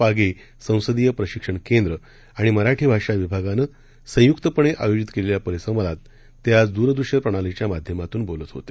पागे संसदीय प्रशिक्षण केंद्र आणि मराठी भाषा विभागानं संयुक्तपणे आयोजित केलेल्या परिसंवादात ते आज दुरदृश्य प्रणालीच्या माध्यमातून बोलत होते